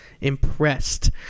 impressed